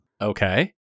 Okay